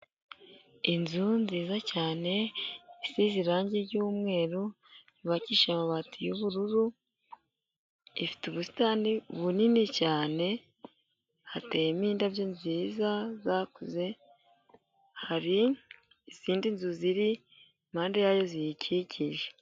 Inzu nziza cyane isize irangi ry'umweru, yubakishije amabati y'ubururu, ifite ubusitani bunini cyane, hateyemo indabyo nziza zakuze, hari izindi nzu ziri impamde yayo ziyikikije.